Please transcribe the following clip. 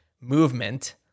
movement